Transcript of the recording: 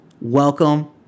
welcome